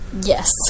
Yes